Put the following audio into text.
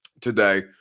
today